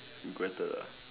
regretted lah